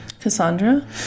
Cassandra